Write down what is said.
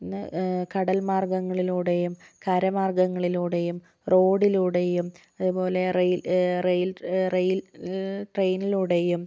ഇന്ന് കടൽ മാർഗ്ഗങ്ങളിലൂടെയും കര മാർഗ്ഗങ്ങളിലൂടെയും റോഡിലൂടെയും അതുപോലെ റെയിൽ റെയിൽ ട്രെയിനിലൂടെയും